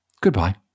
Goodbye